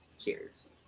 cheers